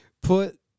put